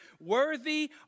Worthy